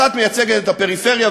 האחת מייצגת את הפריפריה,